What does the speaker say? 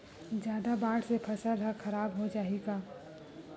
जादा बाढ़ से फसल ह खराब हो जाहि का?